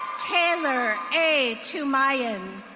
taylor a tomayan.